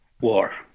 war